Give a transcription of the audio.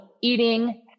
eating